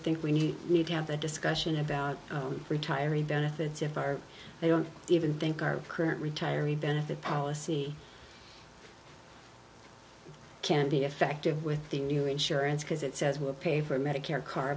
think when you need to have the discussion about retiree benefits of our they don't even think our current retiree benefit policy can be effective with the new insurance because it says we'll pay for medicare car